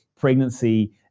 pregnancy